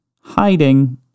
hiding